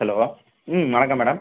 hello ம் வணக்கம் madam